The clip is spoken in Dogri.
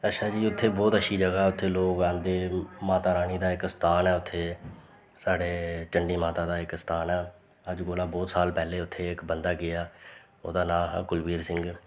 अच्छा जी उत्थें बोह्त अच्छी जगह् ऐ उत्थै लोक आंदे माता रानी दा इक स्थान ऐ उत्थें साढ़े चण्डी माता दा इक स्थान ऐ अज्जकल कोला बोह्त साल पैह्ले उत्थें इक बंदा गेआ ओह्दा नांऽ हा कुलवीर सिंह